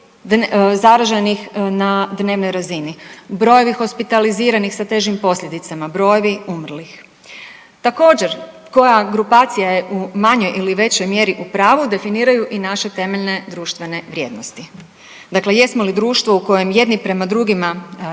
brojevi zaraženih na dnevnoj razini, brojevi hospitaliziranih sa težim posljedicama, brojevi umrlih. Također koja grupacija je u manjoj ili većoj mjeri u pravu definiraju i naše temeljne društvene vrijednosti. Dakle, jesmo li društvo u kojem jedni prema drugima